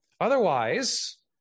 Otherwise